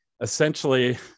essentially